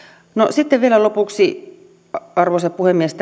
sitten vielä lopuksi arvoisa puhemies